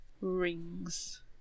Rings